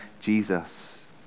Jesus